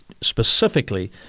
specifically